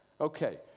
Okay